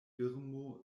birmo